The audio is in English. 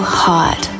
hot